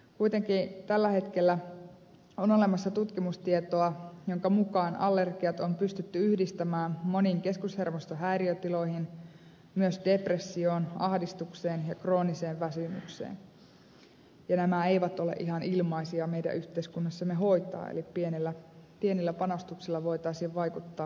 kuitenkin tällä hetkellä on olemassa tutkimustietoa jonka mukaan allergiat on pystytty yhdistämään moniin keskushermostohäiriötiloihin myös depressioon ahdistukseen ja krooniseen väsymykseen ja nämä eivät ole ihan ilmaisia meidän yhteiskunnassamme hoitaa eli pienillä panostuksilla voitaisiin vaikuttaa isoihin asioihin